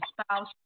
spouse